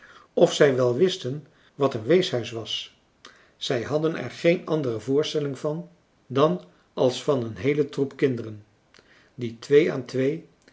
of zij wel wisten wat een weeshuis was zij hadden er geen andere voorstelling van dan als van een heelen troep kinderen die twee aan twee